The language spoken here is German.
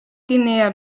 guinea